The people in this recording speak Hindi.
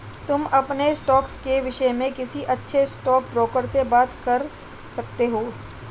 तुम अपने स्टॉक्स के विष्य में किसी अच्छे स्टॉकब्रोकर से बात कर सकते हो